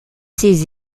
ses